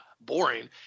boring